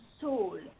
soul